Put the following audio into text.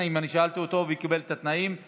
אני שאלתי אותו, והוא קיבל את התנאים של השר.